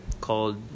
called